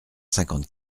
cinquante